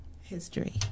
History